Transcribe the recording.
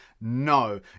no